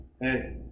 hey